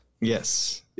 yes